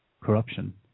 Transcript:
corruption